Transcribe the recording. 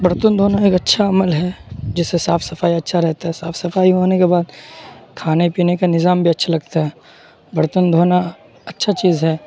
برتن دھونا ایک اچھا عمل ہے جس سے صاف صفائی اچھا رہتا ہے صاف صفائی ہونے کے بعد کھانے پینے کا نظام بھی اچھا لگتا ہے برتن دھونا اچھا چیز ہے